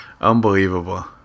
Unbelievable